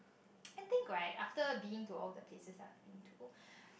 I think right after being all the places that I've been to